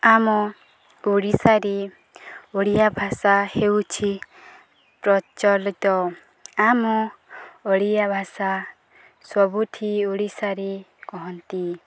ଆମ ଓଡ଼ିଶାରେ ଓଡ଼ିଆ ଭାଷା ହେଉଛି ପ୍ରଚଳିତ ଆମ ଓଡ଼ିଆ ଭାଷା ସବୁଠି ଓଡ଼ିଶାରେ କହନ୍ତି